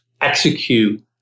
execute